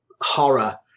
horror